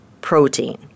protein